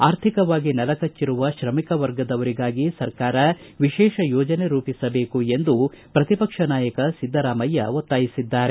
ಆರ್ಥಿಕವಾಗಿ ನೆಲಕಟ್ಟರುವ ಶ್ರಮಿಕ ವರ್ಗದವರಿಗಾಗಿ ಸರ್ಕಾರ ವಿಶೇಷ ಯೋಜನೆ ರೂಪಿಸಬೇಕು ಎಂದು ಪ್ರತಿಪಕ್ಷ ನಾಯಕ ಸಿದ್ದರಾಮಯ್ಯ ಒತ್ತಾಯಿಸಿದ್ದಾರೆ